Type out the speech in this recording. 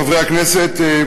חברי הכנסת,